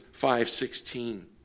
5.16